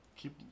keep